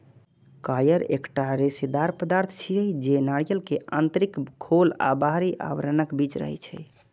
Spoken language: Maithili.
कॉयर एकटा रेशेदार पदार्थ छियै, जे नारियल के आंतरिक खोल आ बाहरी आवरणक बीच रहै छै